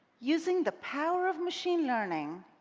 using the power of machine learning,